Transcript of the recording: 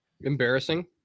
Embarrassing